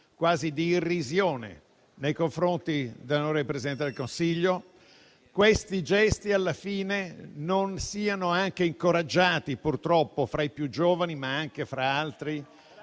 quasi di irrisione nei confronti dell'onorevole Presidente del Consiglio, se alla fine questi gesti non siano anche incoraggiati, purtroppo fra i più giovani, ma anche fra altri,